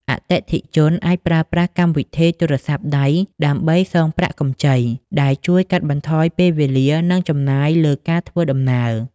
អតិថិជនអាចប្រើប្រាស់កម្មវិធីទូរស័ព្ទដៃដើម្បីសងប្រាក់កម្ចី ដែលជួយកាត់បន្ថយពេលវេលា និងចំណាយលើការធ្វើដំណើរ។